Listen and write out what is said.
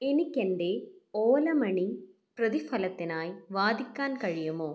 എനിക്ക് എൻ്റെ ഓല മണി പ്രതിഫലത്തിനായി വാദിക്കാൻ കഴിയുമോ